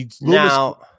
now